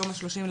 היום ה- 30.11,